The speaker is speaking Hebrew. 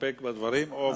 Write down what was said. להסתפק בדברים, או ועדה?